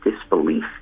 disbelief